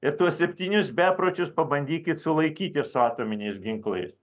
ir tuos septynius bepročius pabandykit sulaikyti su atominiais ginklais